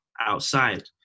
outside